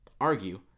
argue